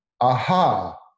aha